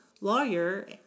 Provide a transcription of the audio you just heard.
lawyer